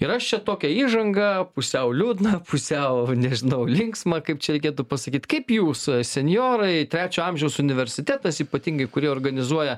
ir aš čia tokią įžangą pusiau liūdną pusiau nežinau linksmą kaip čia reikėtų pasakyt kaip jūs senjorai trečio amžiaus universitetas ypatingai kurie organizuoja